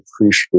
appreciate